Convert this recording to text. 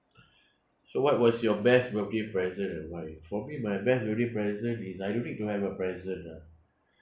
so what was your best birthday present and why for me my best birthday present is I don't need to have a present lah